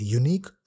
unique